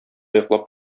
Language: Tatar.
йоклап